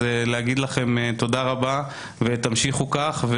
שוב, באתי להגיד לכם תודה רבה ותמשיכו כך.